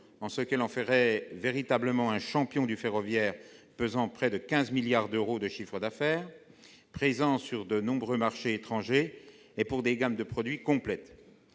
en ce qu'elle en ferait véritablement un champion du ferroviaire, pesant près de 15 milliards d'euros de chiffre d'affaires, présent sur de nombreux marchés étrangers et pour des gammes de produits complètes.